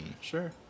sure